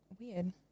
Weird